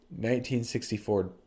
1964